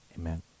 amen